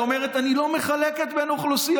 היא אומרת: אני לא מחלקת בין אוכלוסיות.